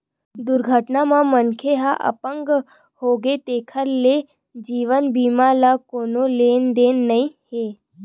दुरघटना म मनखे ह अपंग होगे तेखर ले जीवन बीमा ल कोनो लेना देना नइ हे